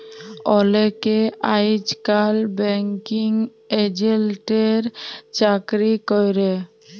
অলেকে আইজকাল ব্যাঙ্কিং এজেল্টের চাকরি ক্যরে